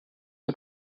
est